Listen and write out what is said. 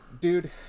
Dude